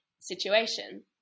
situation